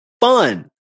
fun